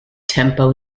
tempo